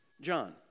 John